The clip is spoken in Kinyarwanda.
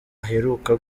aheruka